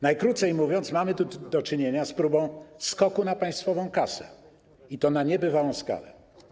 Najkrócej mówiąc, mamy tu do czynienia z próbą skoku na państwową kasę, i to na niebywałą skalę.